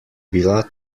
bila